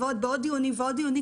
בעוד דיונים ועוד דיונים,